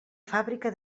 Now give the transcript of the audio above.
fàbrica